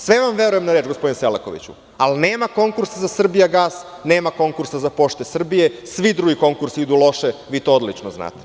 Sve vam verujem na reč gospodine Selakoviću, ali nema konkursa za „Srbijagas“, nema konkursa za „Pošta Srbije“, svi drugi konkursi idu loše, vi to odlično znate.